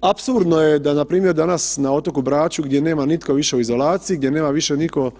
Apsurdno je da npr. danas na otoku Braču gdje nema nitko više u izolaciji, gdje nema više nitko,